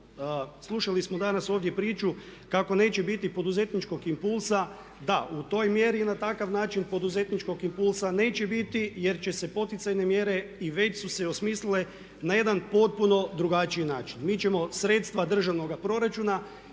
Slušali smo danas ovdje priču kako neće biti poduzetničkog impulsa, da u toj mjeri i na takav način poduzetničkog impulsa neće biti jer će se poticajne mjere i već su se osmislile na jedan potpuno drugačiji način. Mi ćemo sredstva državnoga proračuna